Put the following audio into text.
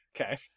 Okay